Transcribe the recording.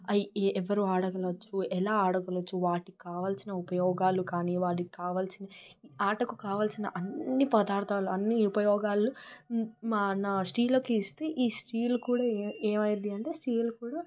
ఎవ్వరు ఆడగలచ్చు ఎలా ఆడగలచ్చు వాటికి కావలసిన ఉపయోయాగాలు కానీ వాటికి కావలసిన ఆటకు కావాల్సిన అన్ని పదార్ధాలు అన్ని ఉపయోగాలు మన స్త్రీలకు ఇస్తే ఈ స్త్రీలు కూడా ఏ ఏమైంది అంటే స్త్రీలు కూడా